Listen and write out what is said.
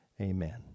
Amen